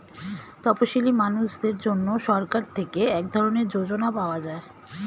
তপসীলি মানুষদের জন্য সরকার থেকে এক ধরনের যোজনা পাওয়া যায়